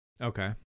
okay